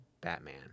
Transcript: Batman